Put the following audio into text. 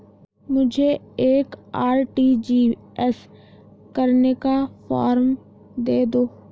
मुझे एक आर.टी.जी.एस करने का फारम दे दो?